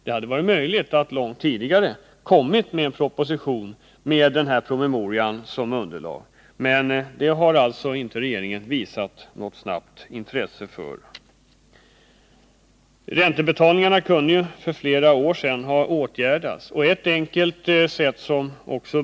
Det hade varit möjligt att långt tidigare lägga fram en proposition med denna promemoria som underlag, men regeringen har alltså inte visat något intresse för att snabbt göra det. Räntebetalningarna kunde ha åtgärdats för flera år sedan.